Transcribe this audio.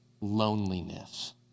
Loneliness